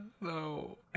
no